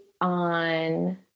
on